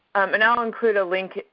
and i'll include a link,